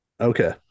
Okay